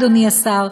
אדוני השר,